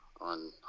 on